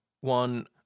one